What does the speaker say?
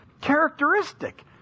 characteristic